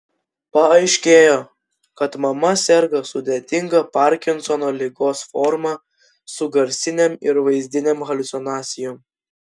paaiškėjo kad mama serga sudėtinga parkinsono ligos forma su garsinėm ir vaizdinėm haliucinacijom